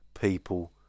people